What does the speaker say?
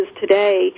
today